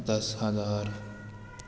دس ہزار